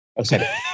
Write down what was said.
Okay